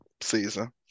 season